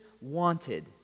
Wanted